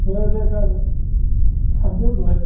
औ दे गाबोन थांदो होमबालाय